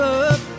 up